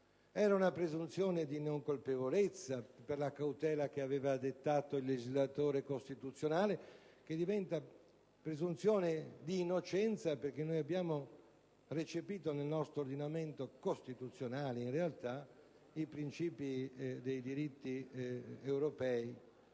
Era una presunzione di non colpevolezza per la cautela che aveva dettato il legislatore costituzionale, che diventa presunzione di innocenza per via del recepimento nel nostro ordinamento costituzionale dei principi dei diritti europei,